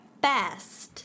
best